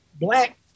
black